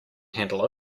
handle